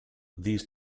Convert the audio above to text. these